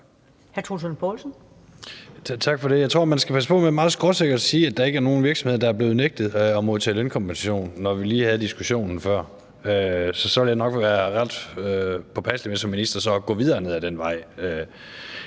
Tak for det. Jeg tror, man skal passe på med meget skråsikkert at sige, at der ikke er nogen virksomheder, der er blevet nægtet at modtage lønkompensation, når vi lige havde diskussionen før. Jeg ville så nok være ret påpasselig med som minister at gå videre ned ad den vej,